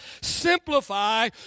simplify